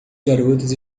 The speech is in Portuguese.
garotas